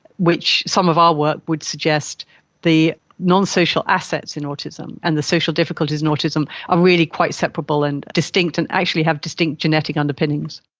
which some of our work would suggest the non-social assets in autism and the social difficulties in autism are really quite separable and distinct and actually have distinct genetic underpinnings.